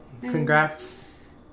congrats